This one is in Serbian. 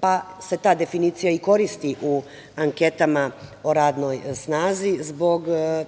pa se ta definicija i koristi u anketama o radnoj snazi, zbog